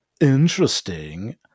interesting